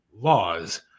laws